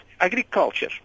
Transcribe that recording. agriculture